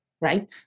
right